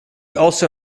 also